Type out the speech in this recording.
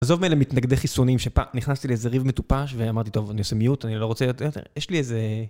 עזוב מאלה מתנגדי חיסונים שפעם נכנסתי לאיזה ריב מטופש ואמרתי טוב אני עושה mute אני לא רוצה יותר יש לי איזה...